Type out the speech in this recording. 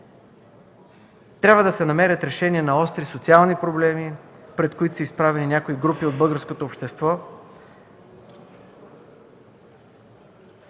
Трябва да се намерят решения на остри социални проблеми, пред които са изправени някои групи от българското общество.